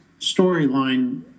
storyline